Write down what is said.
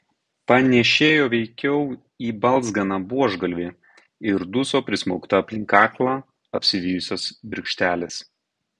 panėšėjo veikiau į balzganą buožgalvį ir duso prismaugta aplink kaklą apsivijusios virkštelės